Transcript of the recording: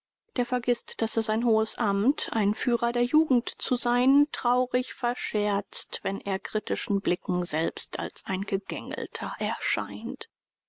der vergißt daß er sein hohes amt ein führer der jugend zu sein traurig verscherzt wenn er kritischen blicken selbst als ein gegängelter erscheint